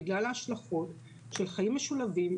בגלל ההשלכות של חיים משולבים,